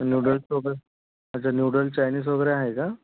noodles वगैरे अच्छा noodles Chinese वगैरे आहे का